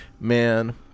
man